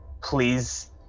please